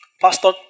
Pastor